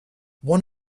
one